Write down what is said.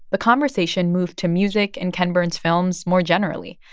the conversation moved to music and ken burns films more generally.